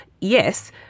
yes